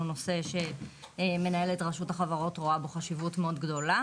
הוא נושא שמנהלת רשות החברות רואה בו חשיבות מאוד גדולה.